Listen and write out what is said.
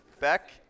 Beck